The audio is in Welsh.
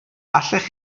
allech